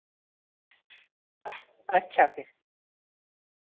अच्छा फिर